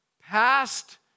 past